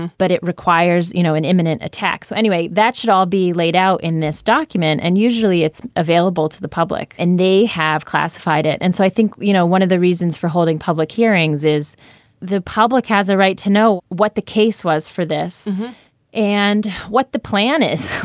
but it requires, you know, an imminent attack. so anyway, that should all be laid out in this document. and usually it's available to the public and they have classified it. and so i think, you know, one of the reasons for holding public hearings is the public has a right to know what the case was for this and what the plan is.